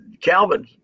Calvin